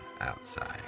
outside